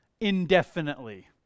indefinitely